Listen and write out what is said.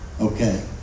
okay